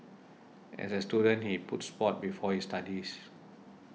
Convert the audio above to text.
as a student he put sport before his studies